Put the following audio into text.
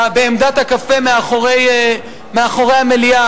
בעמדת הקפה מאחורי המליאה.